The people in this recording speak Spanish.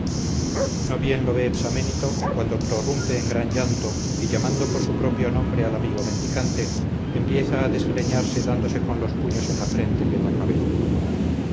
no bien lo ve psaménito cuando prorrumpe en gran llanto y llamando por su propio nombre al amigo mendicante empieza a desgreñarse dándose con los puños en la frente y en la cabeza